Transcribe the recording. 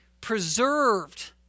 preserved